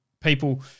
people –